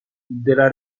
della